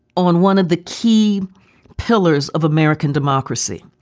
on one of the key pillars of american democracy,